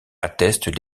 attestent